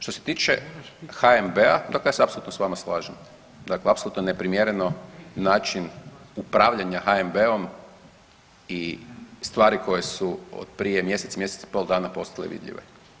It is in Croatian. Što se tiče HNB-a, dakle ja se apsolutno s vama slažem, dakle apsolutno neprimjen način upravljanja HNB-om i stvari koje su od prije mjesec, mjesec i pol dana postale vidljive.